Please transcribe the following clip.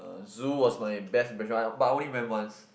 uh zoo was my best but I only went once